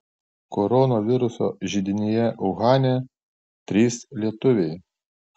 koronaviruso židinyje uhane trys lietuviai